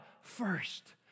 first